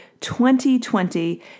2020